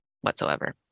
whatsoever